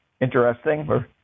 interesting